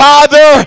Father